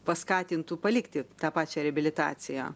paskatintų palikti tą pačią reabilitaciją